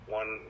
one